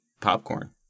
popcorn